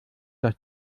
dass